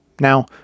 Now